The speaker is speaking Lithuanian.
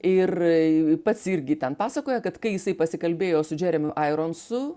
ir pats irgi ten pasakoja kad kai jisai pasikalbėjo su džeremiu aironsu